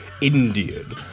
Indian